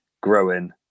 growing